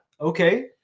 Okay